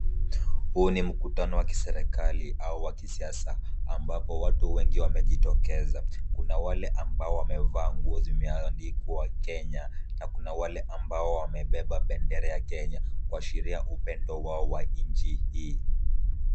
Huu ni mkutano wa kiserikali au wa kisiasa ambapo watu wengi wamejitokeza. Kuna wale ambao wamevaa nguo zimeandikwa Kenya na kuna wale ambao wamebeba bendera ya Kenya kuashiria upendo wao wa nchi hii.